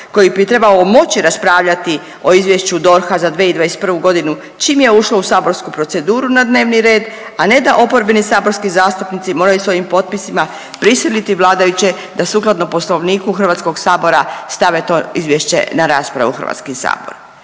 koji bi trebao moći raspravljati o izvješću DORH-a za 2021. godinu čim je ušlo u saborsku proceduru na dnevni red, a ne da oporbeni saborski zastupnici moraju svojim potpisima prisiliti vladajuće da sukladno Poslovniku Hrvatskog sabora stave to izvješće na raspravu u Hrvatski sabor.